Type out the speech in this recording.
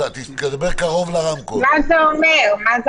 מה זה אומר?